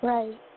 Right